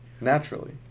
Naturally